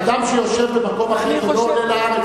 אדם שיושב במקום אחר ולא עולה לארץ,